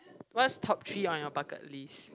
what's top three on your bucket list